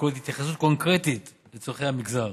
הכולל התייחסות קונקרטית לצורכי המגזר.